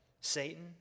Satan